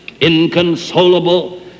inconsolable